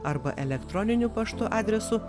arba elektroniniu paštu adresu